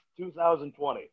2020